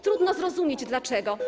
Trudno zrozumieć dlaczego.